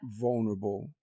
vulnerable